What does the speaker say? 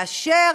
יותר מאשר